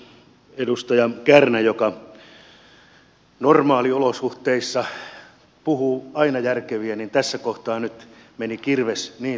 edustaja kärnällä joka normaaliolosuhteissa puhuu aina järkeviä tässä kohtaan meni kirves nyt niin sanotusti kiveen